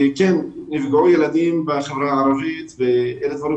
בחברה הערבית נפגעו